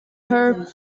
her